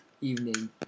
evening